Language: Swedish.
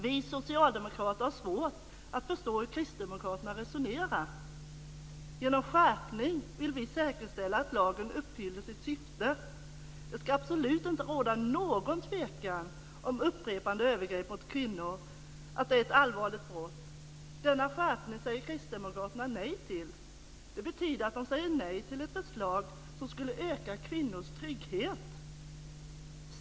Vi socialdemokrater har svårt att förstå hur kristdemokraterna resonerar. Genom en skärpning vill vi säkerställa att lagen uppfyller sitt syfte. Det ska absolut inte råda något tvivel om att upprepade övergrepp mot kvinnor är ett allvarligt brott. Denna skärpning säger kristdemokraterna nej till. Det betyder att de säger nej till ett förslag som skulle öka kvinnors trygghet.